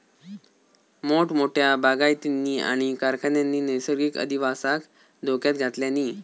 मोठमोठ्या बागायतींनी आणि कारखान्यांनी नैसर्गिक अधिवासाक धोक्यात घातल्यानी